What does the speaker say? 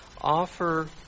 offer